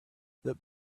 that